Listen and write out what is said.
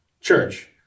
Church